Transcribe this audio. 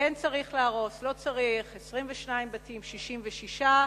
כן צריך להרוס או לא צריך, 22 בתים או 66,